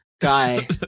guy